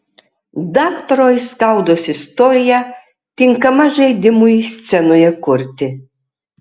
daktaro aiskaudos istorija tinkama žaidimui scenoje kurti